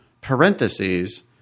parentheses